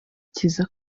cyiza